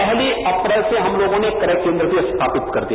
पहली अप्रैल से हम लोगों ने क्रय केन्द्र स्थापित कर दिये